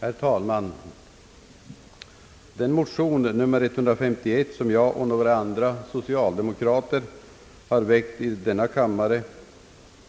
Herr talman! Motion nr 151, som jag och några andra socialdemokrater har väckt i denna kammare,